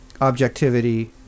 objectivity